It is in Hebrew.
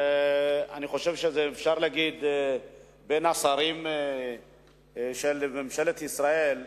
ואני חושב שאפשר להגיד שאתה בין השרים בממשלת ישראל,